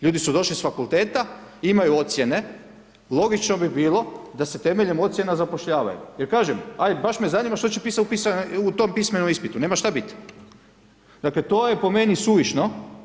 Ljudi su došli s fakulteta, imaju ocijene, logično bi bilo da se temeljem ocjena zapošljavaju jer kažem, aj baš me zanima što će pisati u tom pismenom ispitu, nema šta bit, dakle, to je po meni suvišno.